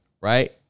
right